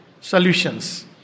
solutions